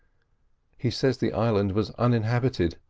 he says the island was uninhabited,